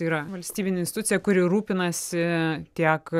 tai yra valstybinė institucija kuri rūpinasi tiek